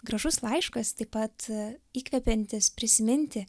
gražus laiškas taip pat įkvepiantis prisiminti